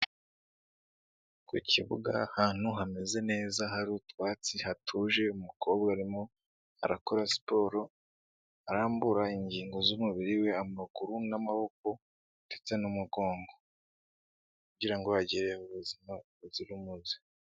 Ku kibuga ahantu hameze neza hari utwatsi hatuje, umukobwa arimo arakora siporo arambura ingingo z'umubiri we amaguru n'amaboko ndetse n'umugongo, kugira ngo agire ubuzima buzira umuze.